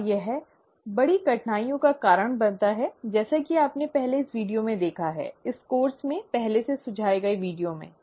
और यह बड़ी कठिनाइयों का कारण बनता है जैसा कि आपने पहले इस वीडियो में देखा है इस कोर्स में पहले से सुझाए गए वीडियो में